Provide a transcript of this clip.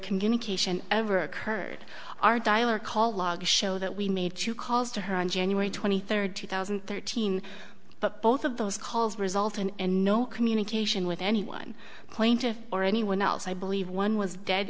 communication ever occurred our dial or call logs show that we made two calls to her on january twenty third two thousand and thirteen but both of those calls result in no communication with anyone plaintiff or anyone else i believe one was dead